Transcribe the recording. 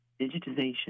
digitization